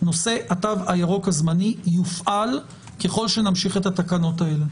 נושא התו הירוק הזמני יופעל ככל שנמשיך את התקנות האלה.